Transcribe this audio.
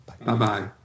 Bye-bye